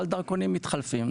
אבל דרכונים מתחלפים,